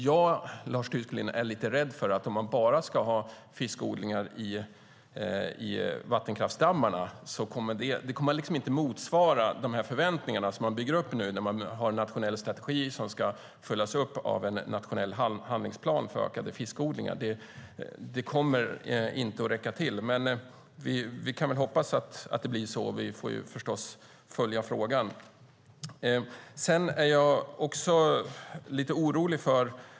Jag är dock lite rädd för att om man bara ska ha fiskodlingar i vattenkraftsdammar kommer det inte att motsvara de förväntningar som man bygger upp nu när man har en nationell strategi som ska följas upp med en nationell handlingsplan för ökade fiskodlingar. Det kommer inte att räcka till, men vi kan förstås hoppas. Vi får följa frågan.